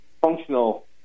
functional